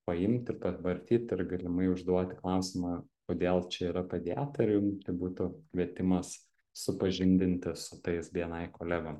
paimti pavartyti ir galimai užduoti klausimą kodėl čia yra padėta ir jum būtų kvietimas supažindinti su tais bni kolegom